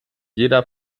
jeder